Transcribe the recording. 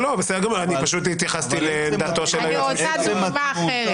אני פשוט התייחסתי לעמדתו של היועץ המשפטי.